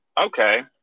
Okay